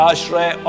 Ashray